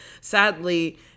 Sadly